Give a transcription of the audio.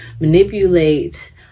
manipulate